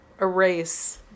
erase